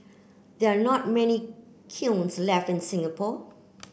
there are not many kilns left in Singapore